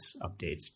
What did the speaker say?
updates